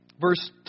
verse